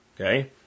Okay